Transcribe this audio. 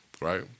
Right